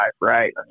right